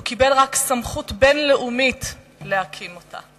הוא קיבל רק סמכות בין-לאומית להקים אותה.